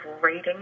rating